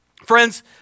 Friends